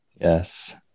Yes